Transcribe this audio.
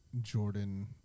Jordan